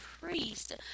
priest